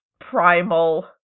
primal